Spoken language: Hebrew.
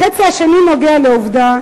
החצי השני נוגע לעובדה